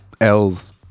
L's